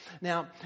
Now